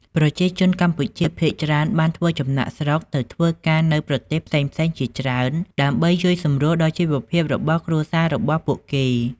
ប្រជាជនកម្ពុជាភាគច្រើនបានធ្វើចំណាកស្រុកទៅធ្វើការនៅប្រទេសផ្សេងៗជាច្រើនដើម្បីជួយសម្រួលដល់ជីវភាពរបស់គ្រួសាររបស់ពួកគេ ។